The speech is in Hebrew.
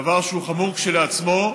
דבר שהוא חמור כשלעצמו,